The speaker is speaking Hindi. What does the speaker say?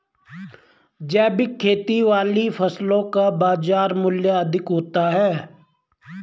जैविक खेती वाली फसलों का बाजार मूल्य अधिक होता है